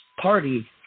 party